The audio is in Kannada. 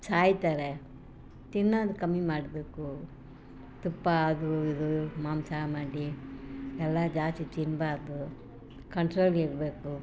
ಸಾಯ್ತಾರೆ ತಿನ್ನೋದು ಕಮ್ಮಿ ಮಾಡಬೇಕು ತುಪ್ಪ ಅದು ಇದು ಮಾಂಸ ಮಡಿ ಎಲ್ಲ ಜಾಸ್ತಿ ತಿನ್ನಬಾರ್ದು ಕಂಟ್ರೋಲಿರಬೇಕು